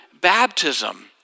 baptism